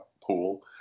pool